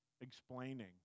explaining